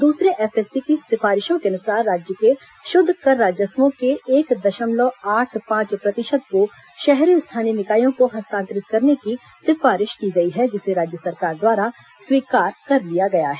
दूसरे एफएससी की सिफारिशों के अनुसार राज्य के शुद्ध कर राजस्वों के एक दशमलव आठ पांच प्रतिशत को शहरी स्थानीय निकायों को हस्तांतरित करने की सिफारिश की गई है जिसे राज्य सरकार द्वारा स्वीकार कर लिया गया है